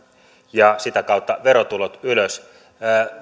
ja sitä kautta verotulot ylös